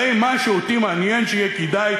הרי מה שאותי מעניין זה שיהיה כדאי,